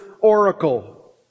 oracle